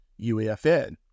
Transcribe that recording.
UEFN